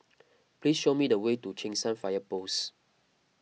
please show me the way to Cheng San Fire Post